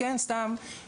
החלטתם לא לתת?".